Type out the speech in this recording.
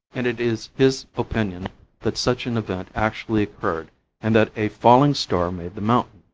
and it is his opinion that such an event actually occurred and that a falling star made the mountain.